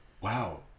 wow